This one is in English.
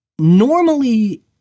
Normally